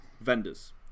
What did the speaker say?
vendors